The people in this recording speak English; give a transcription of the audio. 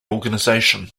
organization